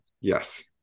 Yes